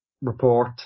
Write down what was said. report